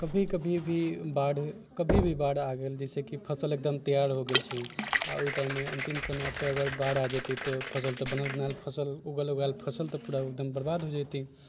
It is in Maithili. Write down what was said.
कभी कभी भी बाढ़ कभी भी बाढ़ आ गेल जैसेकि फसल एकदम तैयार हो गेल छै आ ओहि टाइम मे अंतिम समय पे अगर बाढ़ आ जेतै तऽ फसल तऽ बन बनायल फसल उगल उगायल फसल तऽ पूरा एकदम बर्बाद हो जेतै